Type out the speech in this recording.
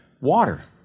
water